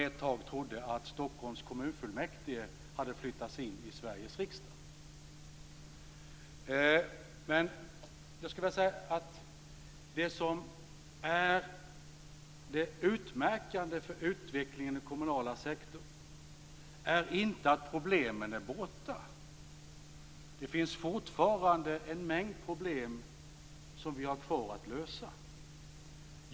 Ett tag trodde jag att Jag skulle vilja säga att det som är det utmärkande för utvecklingen i den kommunala sektorn inte är att problemen är borta. Det finns fortfarande en mängd problem som vi har kvar att lösa.